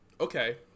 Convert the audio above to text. Okay